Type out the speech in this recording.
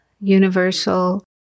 universal